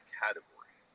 category